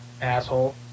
Asshole